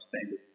standard